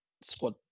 squad